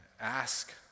ask